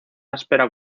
áspera